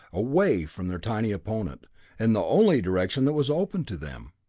away from their tiny opponent in the only direction that was open to them.